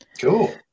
Cool